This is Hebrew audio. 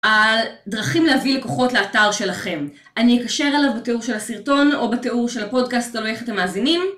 על... דרכים להביא לקוחות לאתר שלכם. אני אקשר אליו בתיאור של הסרטון, או בתיאור של הפודקאסט על איך אתם מאזינים,